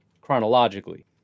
chronologically